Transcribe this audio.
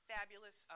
Fabulous